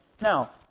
Now